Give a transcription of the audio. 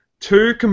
two